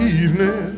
evening